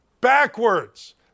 Backwards